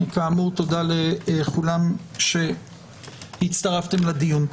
תודה לכולם שהצטרפתם לדיון.